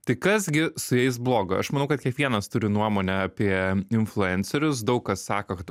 tai kas gi su jais blogo aš manau kad kiekvienas turi nuomonę apie influencerius daug kas sako kad